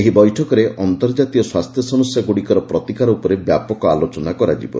ଏହି ବୈଠକରେ ଅନ୍ତର୍ଜାତୀୟ ସ୍ୱାସ୍ଥ୍ୟ ସମସ୍ୟାଗୁଡ଼ିକର ପ୍ରତିକାର ଉପରେ ବ୍ୟାପକ ଆଲୋଚନା କରାଯିବ